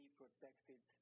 protected